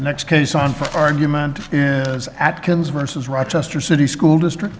next case on for argument and atkins worsens rochester city school district